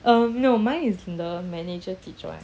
oh no mine is the manager teach [one]